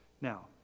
Now